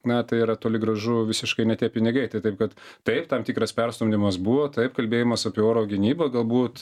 na tai yra toli gražu visiškai ne tie pinigai tai taip kad taip tam tikras perstumdymas buvo taip kalbėjimas apie oro gynybą galbūt